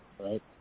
right